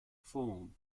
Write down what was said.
form